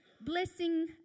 Blessing